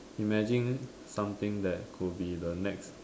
imagine something that could be the next